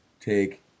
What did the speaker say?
take